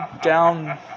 down